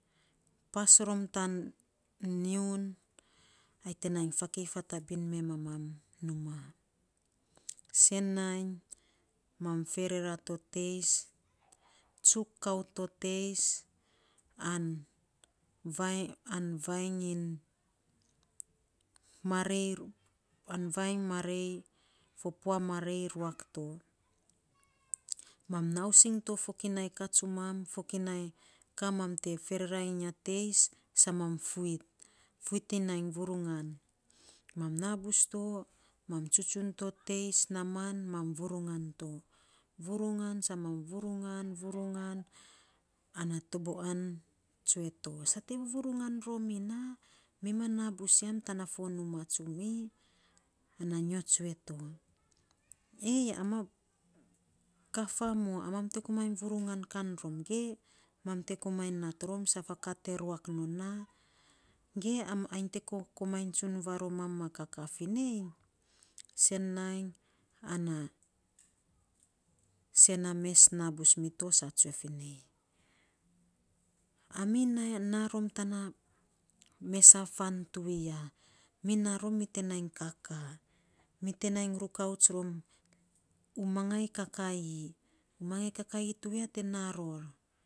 Pas rom tan niu ai te nai faken fatabin me mamaam numa sen nainy mam ferera to teis, tsuk kaut to teis an vainy marei, pua marei ruak to, mam nausing ton fokinai ka tsuman, fokinai ka mam te ferera iny teis sa mam fuit, fuit iny nai vurungan, mam nas bus to mam tsuntsun to teis naaman ma vurungan to vurungan sa mam vurungan, vurungan ana toboan tsue to sa te vurungan romi na mi ma naa bus yam tana fo numaa tsumi na nyo tsue to, am ma kat famo, a mam komainy vurungan kan rom ge, mam te komainy nat rom saf a ka te ruak non na, ge ainy te komainy maromam ma kakaa fi nei, sen nainy an na isen na mes naa bus mito sa tsue fii nei ami naa rom tana mes a fan tuwiya, mi naa rom mi te nai kakaa, mi te nai rukaut rom u mangai kakaii, mangai kakaii tuwiya te naa ror.